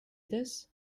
this